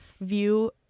view